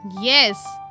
Yes